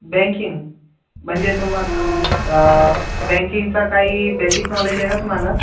banking म्हणजे तुम्हाला बँकिंगचा काही बेसिक नॉलेज आहे का तुम्हाला